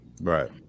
Right